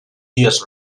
dies